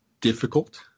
difficult